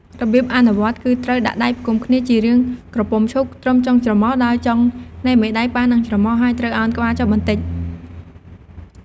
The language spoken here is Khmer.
របៀបអនុវត្តគឺ ត្រូវដាក់ដៃផ្គុំគ្នាជារាងក្រពុំឈូកត្រឹមចុងច្រមុះ ដោយចុងនៃមេដៃប៉ះនឹងច្រមុះ ហើយត្រូវឱនក្បាលចុះបន្តិច។